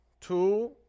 Two